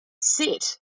sit